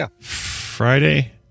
Friday